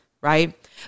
right